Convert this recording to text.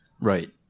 Right